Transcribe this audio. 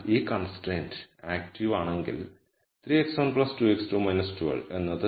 അതിനാൽ ഈ constraint active ആണെങ്കിൽ 3 x1 2 x2 12 എന്നത് 0 ആണ്